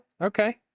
okay